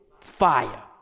fire